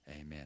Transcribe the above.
amen